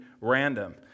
random